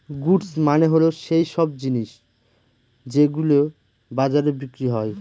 goods মানে হল সৈইসব জিনিস যেগুলো বাজারে বিক্রি হয়